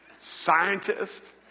scientist